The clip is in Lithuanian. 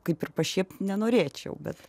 kaip ir pašiept nenorėčiau bet